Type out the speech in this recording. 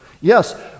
Yes